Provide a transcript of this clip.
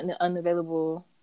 unavailable